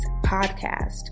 Podcast